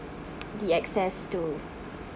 the access to